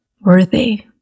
worthy